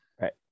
Right